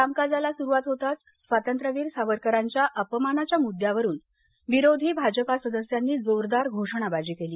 कामकाजाला सुरुवात होताच स्वातंत्र्यवीर सावरकरांच्या अपमानाच्या मृद्यावरुन विरोधी भाजपा सदस्यांनी जोरदार घोषणाबाजी केली